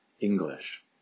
English